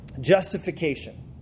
Justification